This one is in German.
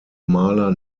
maler